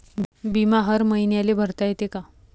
बिमा हर मईन्याले भरता येते का?